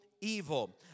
evil